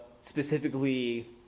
specifically